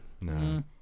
No